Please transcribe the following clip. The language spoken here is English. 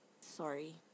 Sorry